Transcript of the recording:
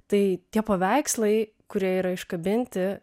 tai tie paveikslai kurie yra iškabinti